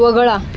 वगळा